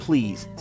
Please